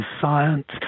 science